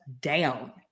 down